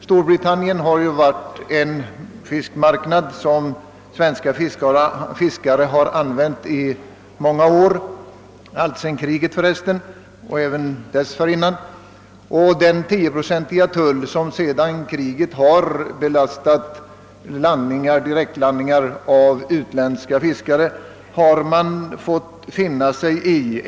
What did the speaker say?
Storbritannien har alltsedan andra världskriget — och för resten även dessförinnan — varit en marknad som svenska fiskare sålt på. De har fått finna sig i den 10-procentiga tull som sedan kriget belastat direktlandningar av utländska fiskare.